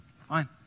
fine